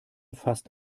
fast